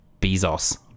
Bezos